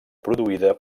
produïda